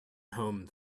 home